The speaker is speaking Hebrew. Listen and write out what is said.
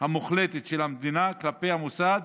המוחלטת של המדינה כלפי המוסד